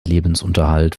lebensunterhalt